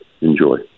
Enjoy